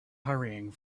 hurrying